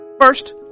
First